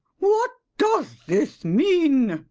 what does this mean?